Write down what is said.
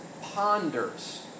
ponders